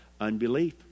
unbelief